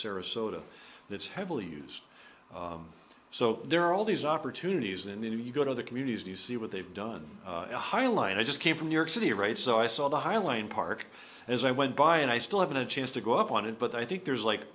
sarasota that's heavily used so there are all these opportunities and then you go to other communities do you see what they've done highlight i just came from new york city right so i saw the highland park as i went by and i still have a chance to go up on it but i think there's like